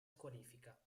squalifica